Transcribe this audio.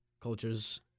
cultures